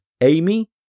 Amy